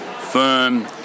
firm